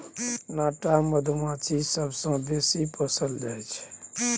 नाटा मधुमाछी सबसँ बेसी पोसल जाइ छै